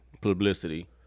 publicity